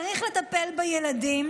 צריך לטפל בילדים